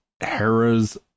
Hera's